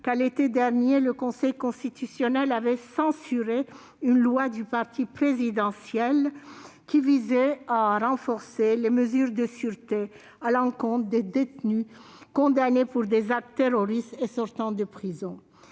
que, à l'été dernier, le Conseil constitutionnel avait censuré une loi émanant du parti présidentiel qui visait à renforcer les mesures de sûreté prises à l'encontre des détenus condamnés pour des actes terroristes et sortant de prison.